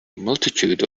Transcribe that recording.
multitude